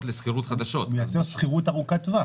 לשכירות חדשות --- מייצר שכירות ארוכת טווח,